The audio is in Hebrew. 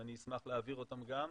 אני אשמח להעביר אותם גם,